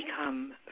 become